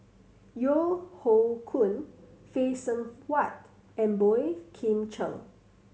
Yeo Hoe Koon Phay Seng Whatt and Boey Kim Cheng